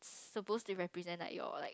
supposed to represent like your like